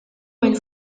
minn